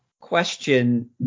question